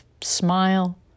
smile